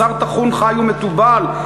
בשר טחון חי ומתובל,